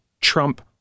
Trump